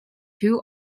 two